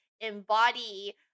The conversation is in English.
embody